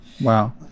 Wow